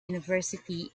university